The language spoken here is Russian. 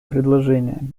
предложениями